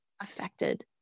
affected